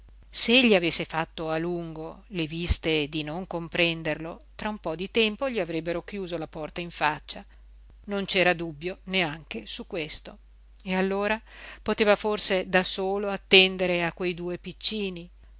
se egli avesse fatto a lungo le viste di non comprenderlo tra un po di tempo gli avrebbero chiuso la porta in faccia non c'era dubbio neanche su questo e allora poteva forse da solo attendere a quei due piccini